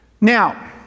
Now